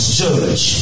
judge